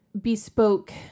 bespoke